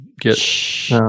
get